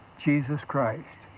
jesus christ,